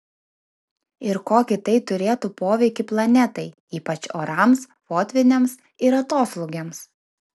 ir kokį tai turėtų poveikį planetai ypač orams potvyniams ir atoslūgiams